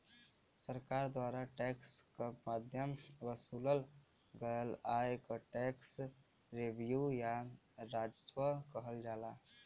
सरकार द्वारा टैक्स क माध्यम वसूलल गयल आय क टैक्स रेवेन्यू या राजस्व कहल जाला